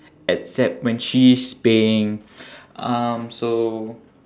except when she's paying um so